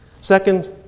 Second